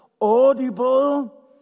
audible